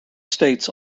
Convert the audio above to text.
states